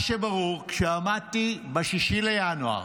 מה שברור, כשעמדתי ב-6 בינואר